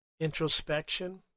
Introspection